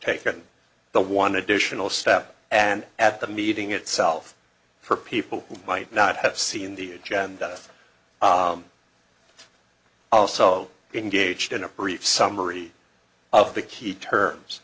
taken the one additional step and at the meeting itself for people who might not have seen the agenda also engaged in a brief summary of the key terms